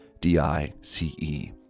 D-I-C-E